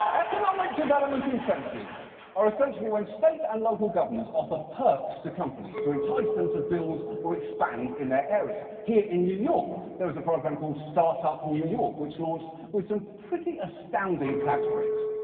economic development incentives are essentially when state and local governments offer perks to companies to entice them to build or expand in their area. here in new york there is a program called startup new york which launched with some pretty astounding tax breaks.